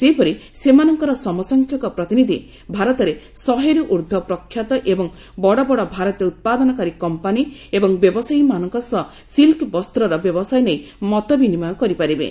ସେହିପରି ସେମାନଙ୍କର ସମସଂଖ୍ୟକ ପ୍ରତିନିଧି ଭାରତରେ ଶହେରୁ ଉର୍ଦ୍ଧ୍ୱ ପ୍ରଖ୍ୟାତ ଏବଂ ବଡ ବଡ ଭାରତ ଉତ୍ପାଦନକାରୀ କମ୍ପାନୀ ଏବଂ ବ୍ୟବସାୟୀମାନଙ୍କ ସହ ସିଲ୍କ ବସ୍ତ୍ର ବ୍ୟବସାୟ ନେଇ ମତ ବିନିମୟ କରିପାରିବେ